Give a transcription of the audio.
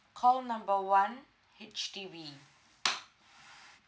call number one H_D_B